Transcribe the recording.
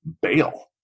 bail